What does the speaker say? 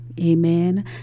Amen